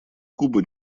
куба